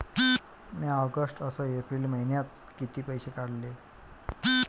म्या ऑगस्ट अस एप्रिल मइन्यात कितीक पैसे काढले?